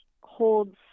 holds